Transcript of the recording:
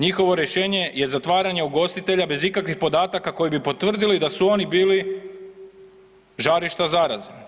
Njihovo rješenje je zatvaranje ugostitelja bez ikakvih podataka koji bi potvrdili da su oni bili žarišta zaraze.